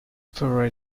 for